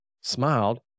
smiled